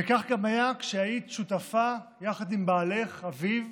וכך גם היה כשהיית שותפה, יחד עם בעלך אביב,